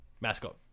mascot